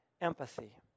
empathy